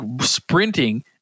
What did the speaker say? sprinting